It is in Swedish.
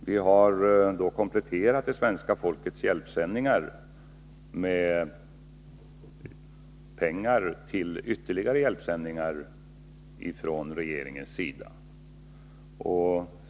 Vi har från regeringens sida kompletterat svenska folkets hjälpsändningar med pengar till ytterligare hjälpsändningar.